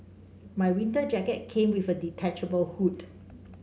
my winter jacket came with a detachable hood